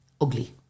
Ugly